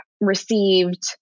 received